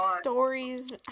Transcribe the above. stories